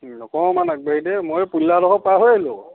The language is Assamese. অকণমান আগবাঢ়ি দে মই এই পুলিনদাহঁতৰ ঘৰ পাৰ হৈ আহিলো আকৌ